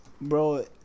bro